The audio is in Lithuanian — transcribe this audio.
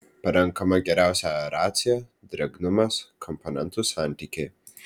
parenkama geriausia aeracija drėgnumas komponentų santykiai